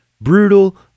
brutal